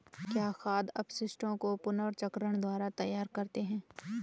क्या खाद अपशिष्टों को पुनर्चक्रण द्वारा तैयार करते हैं?